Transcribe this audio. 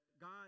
God